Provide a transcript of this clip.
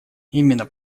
именно